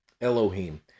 Elohim